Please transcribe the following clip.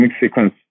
sequence